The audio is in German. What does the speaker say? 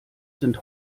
sind